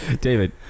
David